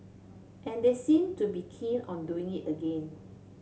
and they seem to be keen on doing it again